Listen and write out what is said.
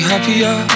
happier